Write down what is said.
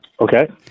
Okay